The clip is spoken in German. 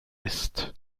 ist